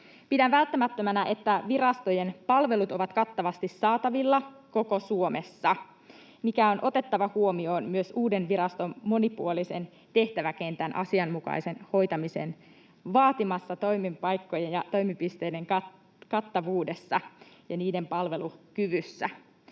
Pidän välttämättömänä, että virastojen palvelut ovat kattavasti saatavilla koko Suomessa, mikä on otettava huomioon myös uuden viraston monipuolisen tehtäväkentän asianmukaisen hoitamisen vaatimassa toimipaikkojen ja toimipisteiden kattavuudessa ja niiden palvelukyvyssä.